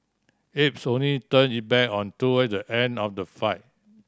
aides only turned it back on toward the end of the flight